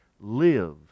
live